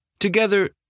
Together